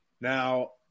Now